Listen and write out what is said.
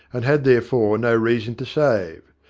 and had therefore no reason to save.